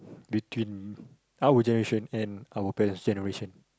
between our generation and our parents generation